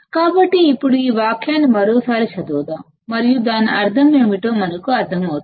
కాబట్టి ఇప్పుడు ఈ వాక్యాన్ని మరోసారి చదువుదాం మరియు దాని అర్థం ఏమిటో మనకు అర్థం అవుతుంది